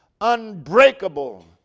unbreakable